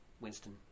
Winston